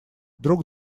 друг